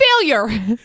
failure